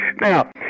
Now